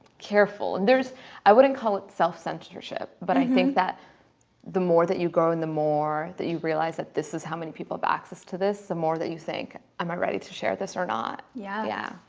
careful, and there's i wouldn't call it self censorship but i think that the more that you grow and the more that you realize that this is how many people have access to this the more that you think am i ready to share this or not yeah yeah.